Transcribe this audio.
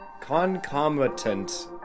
concomitant